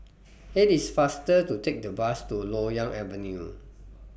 IT IS faster to Take The Bus to Loyang Avenue